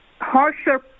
harsher